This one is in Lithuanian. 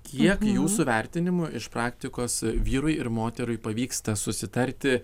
kiek jūsų vertinimu iš praktikos vyrui ir moterui pavyksta susitarti